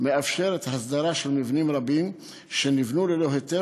מאפשרת הסדרה של מבנים רבים שנבנו ללא היתר